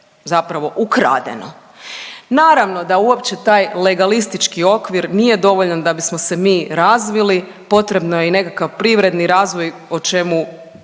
zapravo ukradeno. Naravno da uopće taj legalistički okvir nije dovoljan da bismo se mi razvili, potrebno je i nekakav privredni razvoj, o čemu